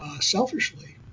selfishly